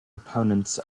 opponents